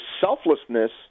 selflessness